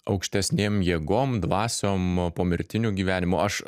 aukštesnėm jėgom dvasiom pomirtiniu gyvenimu aš